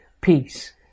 peace